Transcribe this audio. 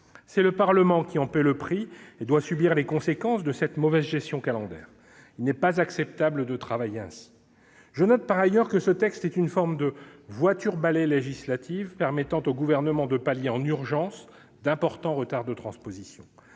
C'est le Parlement qui en paie le prix et doit subir les conséquences de cette mauvaise gestion calendaire. Il n'est pas acceptable de travailler ainsi ! Deuxièmement, j'observe que ce texte est une sorte de « voiture-balai » législative, permettant au Gouvernement de pallier, en urgence, d'importants retards de transposition.